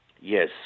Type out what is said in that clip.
Yes